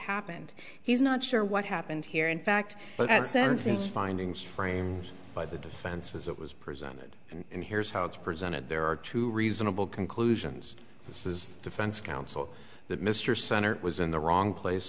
happened he's not sure what happened here in fact but i sense it's findings framed by the defense as it was presented and here's how it's presented there are two reasonable conclusions this is defense counsel that mr center was in the wrong place